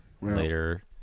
later